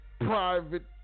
Private